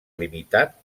limitat